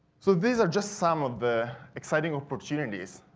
so, these are just some of the exciting opportunities,